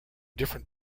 different